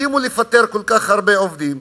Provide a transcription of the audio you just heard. הסכימו לפטר כל כך הרבה עובדים,